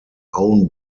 own